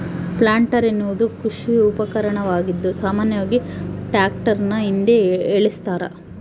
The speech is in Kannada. ಪ್ಲಾಂಟರ್ ಎನ್ನುವುದು ಕೃಷಿ ಉಪಕರಣವಾಗಿದ್ದು ಸಾಮಾನ್ಯವಾಗಿ ಟ್ರಾಕ್ಟರ್ನ ಹಿಂದೆ ಏಳಸ್ತರ